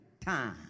time